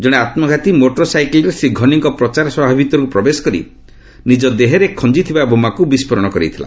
ଜଣେ ଆତ୍ମଘାତୀ ମୋଟର୍ ସାଇକେଲ୍ରେ ଶ୍ରୀ ଘନିଙ୍କ ପ୍ରଚାର ସଭା ଭିତରକୁ ପ୍ରବେଶ କରି ନିଜ ଦେହରେ ଖଞ୍ଜିଥିବା ବୋମାକୁ ବିସ୍ଫୋରଣ କରିଥିଲା